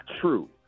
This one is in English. true